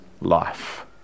life